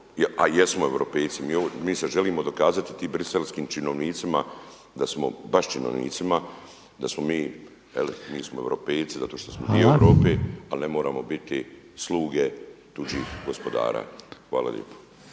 a jesmo europejci. Mi se želimo dokazati tim briselskim činovnicima da smo, baš činovnicima, da smo mi, je li mi smo europejci zato što smo dio Europe ali ne moramo biti sluge tuđih gospodara. Hvala lijepo.